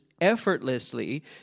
effortlessly